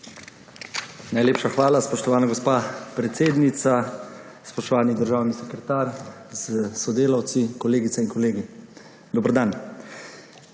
Najlepša hvala, spoštovana gospa predsednica. Spoštovani državni sekretar s sodelavci, kolegice in kolegi, dober dan!